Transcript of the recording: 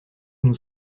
nous